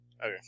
Okay